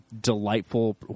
delightful